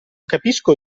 capisco